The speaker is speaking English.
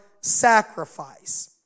sacrifice